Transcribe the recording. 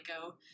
go